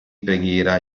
preghiera